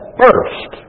first